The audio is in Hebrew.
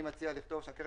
אני מציע לכתוב שהקרן